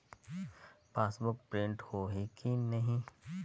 Passbook print होही कि नहीं?